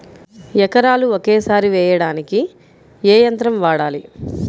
ఎకరాలు ఒకేసారి వేయడానికి ఏ యంత్రం వాడాలి?